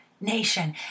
nation